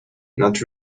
not